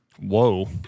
Whoa